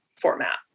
format